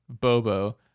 Bobo